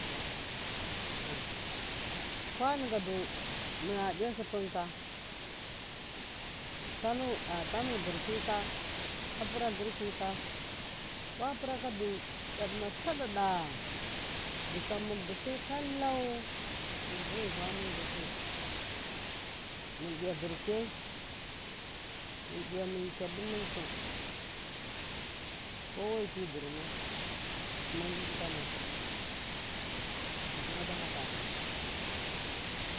kwadigadu muna diya supunka tam hirkhu ka a pura lurki ka kwa puraka du daduma sadadah du tsam mun busai kalow mun buwu va manja tuwun mun diya hirik yai mun diya mun kiya di muntsau duma jiji kana tom na dafa kaza.